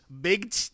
big